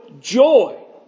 joy